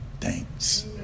thanks